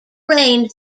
reigned